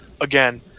again